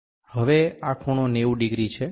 હવે આ ખૂણો 90 ડિગ્રી છે